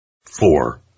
four